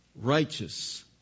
righteous